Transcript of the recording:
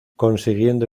consiguiendo